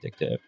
addictive